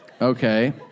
Okay